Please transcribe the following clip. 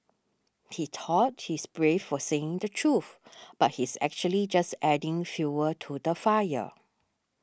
he thought he's brave for saying the truth but he's actually just adding fuel to the fire